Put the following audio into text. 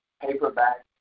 paperback